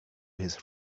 his